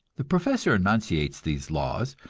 the professor enunciates these laws,